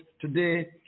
today